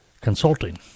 Consulting